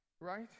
Right